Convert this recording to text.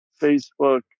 Facebook